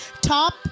Top